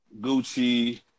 Gucci